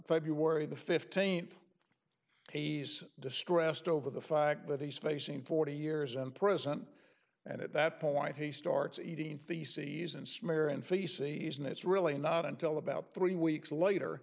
february the fifteenth he's distressed over the fact that he's facing forty years in prison and at that point he starts eating feces and smear and feces and it's really not until about three weeks later